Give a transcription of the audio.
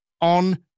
on